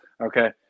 okay